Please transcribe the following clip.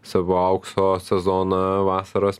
savo aukso sezoną vasaros